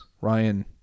Ryan